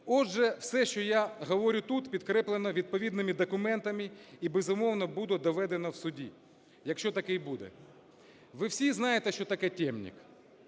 Отже, все, що я говорю тут, підкріплено відповідними документами і, безумовно, буде доведено в суді, якщо такий буде. Ви всі знаєте, що таке "темник".